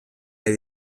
nahi